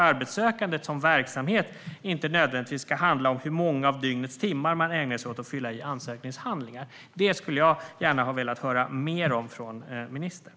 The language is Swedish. Arbetssökandet som verksamhet borde inte nödvändigtvis handla om hur många av dygnets timmar man ägnar sig åt att fylla i ansökningshandlingar. Det skulle jag gärna ha velat höra mer om från ministern.